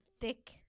thick